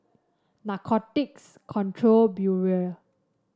Narcotics Control Bureau